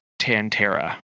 Tantera